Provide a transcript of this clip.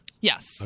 Yes